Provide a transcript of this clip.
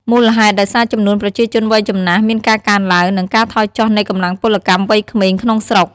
មូលហេតុដោយសារចំនួនប្រជាជនវ័យចំណាស់មានការកើនឡើង និងការថយចុះនៃកម្លាំងពលកម្មវ័យក្មេងក្នុងស្រុក ។